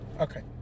Okay